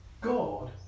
God